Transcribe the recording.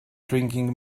drinking